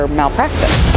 malpractice